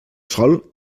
sol